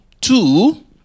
Two